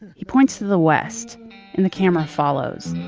he points to the west and the camera follows.